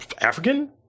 African